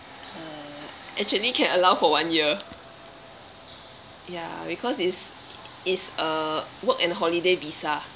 actually can allow for one year ya because it's it's a work and holiday visa